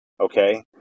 Okay